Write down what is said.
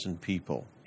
people